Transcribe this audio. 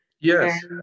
Yes